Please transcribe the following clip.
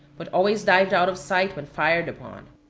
but always dived out of sight when fired upon.